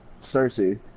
cersei